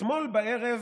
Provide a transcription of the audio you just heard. אתמול בערב